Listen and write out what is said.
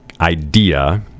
idea